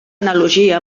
analogia